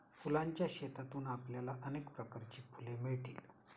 फुलांच्या शेतातून आपल्याला अनेक प्रकारची फुले मिळतील